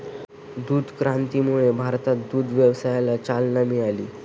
दुग्ध क्रांतीमुळे भारतात दुग्ध व्यवसायाला चालना मिळाली